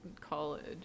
college